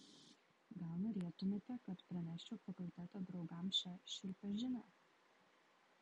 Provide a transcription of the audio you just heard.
gal norėtumėte kad praneščiau fakulteto draugams šią šiurpią žinią